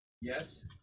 yes